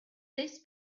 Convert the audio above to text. this